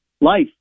Life